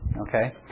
Okay